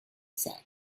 said